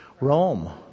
Rome